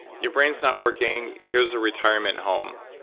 your brain's not working, here's a retirement home,